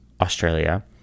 Australia